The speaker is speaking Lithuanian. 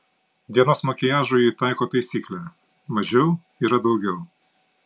dienos makiažui ji taiko taisyklę mažiau yra daugiau